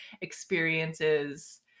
experiences